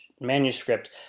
manuscript